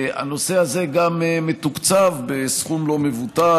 הנושא הזה גם מתוקצב בסכום לא מבוטל.